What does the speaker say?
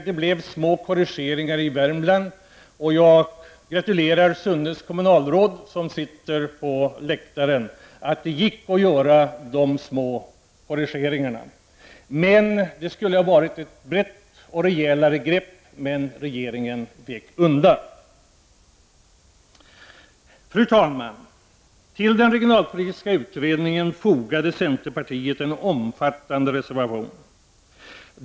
Det blev små korrigeringar för Värmlands del, och jag gratulerar Sunnes kommunalråd som sitter på läktaren i dag till att det gick att göra sådana korrigeringar. Det borde faktiskt ha tagits bredare och rejälare grepp — men regeringen vek undan. Fru talman! Till den regionalpolitiska utredningen fogade centerpartiet en omfattande reservation.